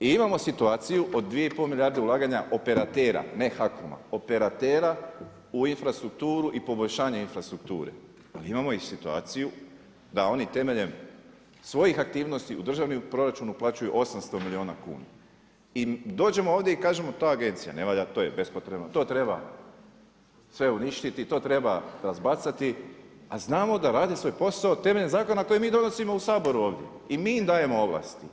I imamo situaciju od 2,5 milijarde ulaganja operatera, ne H-coma operatera u infrastrukturu i poboljšanje infrastrukture, ali imamo situaciju da oni temeljem svojih aktivnosti u državni proračun uplaćuju 800 milijuna kuna i dođemo ovdje i kažemo to agencija ne valja, to je bespotrebno, to treba sve uništiti, to treba razbacati, a znamo da rade svoj posao temeljem zakona koji mi donosimo u Saboru ovdje i mi im dajemo ovlasti.